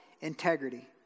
integrity